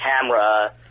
camera